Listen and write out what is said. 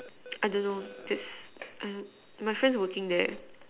I don't know this mm my friend working there